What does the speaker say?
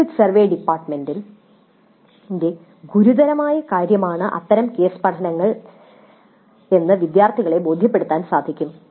exit survey ഡിപ്പാർട്ട്മെന്റിന്റെ ഗുരുതരമായ കാര്യമാണെന്നു അത്തരം കേസ് പഠനങ്ങൾ വിദ്യാർത്ഥികളെ ബോധ്യപ്പെടുത്താൻ സഹായിക്കും